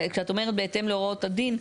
כשאת אומרת בהתאם להוראות הדין,